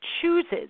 chooses